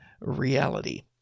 reality